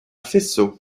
faisceau